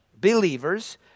believers